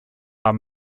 are